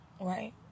Right